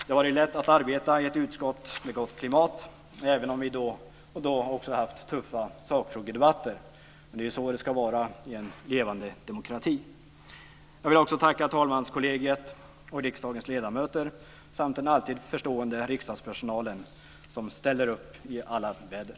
Det har varit lätt att arbeta i ett utskott med gott klimat även om vi då och då också har haft tuffa sakfrågedebatter. Det är så det ska vara i en levande demokrati. Jag vill också tacka talmanskollegiet och riksdagens ledamöter samt den alltid förstående riksdagspersonalen, som ställer upp i alla väder.